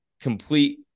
complete